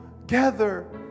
together